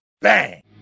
Bang